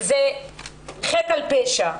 וזה חטא על פשע.